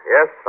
Yes